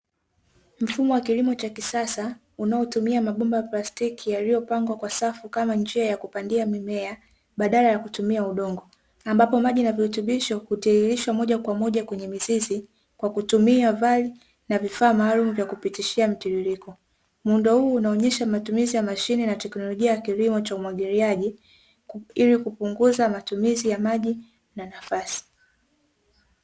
Mfumo wa kilimo cha kisasa, unaotumia mabomba ya plastiki yaliyo pangwa safu kama njia ya kupandia mimea badala ya kutumia udongo, ambapo maji na virutubisho hutiririshwa moja kwa moja kwenye mizizi kwakutumia vali na vifaa maalumu vya kupitishia mtirirko. Muundo huu unaonyesha matumizi ya mashine na teknolojia ya kilimo cha umwagiliaji, ili kupunguza matumizi ya maji na nafasi.